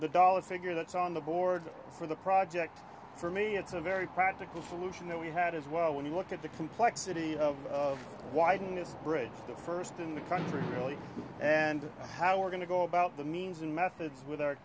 the dollar figure that's on the board for the project for me it's a very practical solution that we had as well when you look at the complexity of widening this bridge the first in the country really and how we're going to go about the means and methods with our